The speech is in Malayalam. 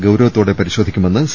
ഗൌരവത്തോടെ പരിശോധിക്കുമെന്ന് സി